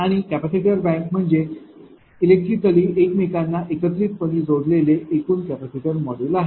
आणि capacitor bank म्हणजे electrically एकमेकांना एकत्रितपणे जोडलेले एकूण कॅपेसिटर मॉड्यूल्स आहे